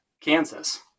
Kansas